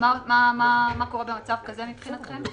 מה קורה במצב כזה מבחינתכם?